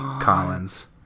Collins